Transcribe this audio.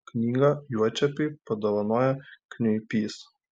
knygą juočepiui padovanojo kniuipys